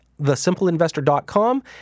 thesimpleinvestor.com